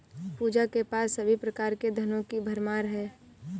पूजा के पास सभी प्रकार के धनों की भरमार है